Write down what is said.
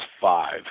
five